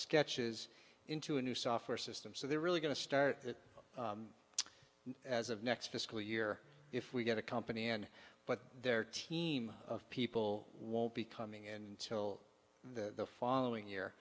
sketches into a new software system so they're really going to start as of next fiscal year if we get a company in but their team of people won't be coming in till the following year